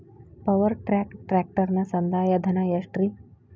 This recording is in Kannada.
ಪವರ್ ಟ್ರ್ಯಾಕ್ ಟ್ರ್ಯಾಕ್ಟರನ ಸಂದಾಯ ಧನ ಎಷ್ಟ್ ರಿ?